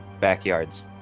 backyards